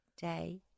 day